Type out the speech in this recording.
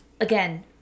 again